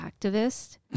activist